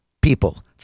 people